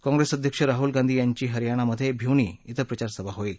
काँप्रेस अध्यक्ष राहूल गांधी यांची हरियाणामधे भिवनी कें प्रचारसभा होईल